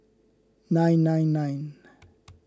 nine nine nine